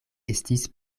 estis